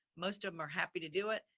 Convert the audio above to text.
most of them are happy to do it,